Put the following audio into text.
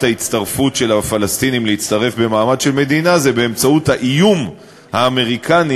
ההצטרפות של הפלסטינים במעמד של מדינה היא באמצעות האיום האמריקני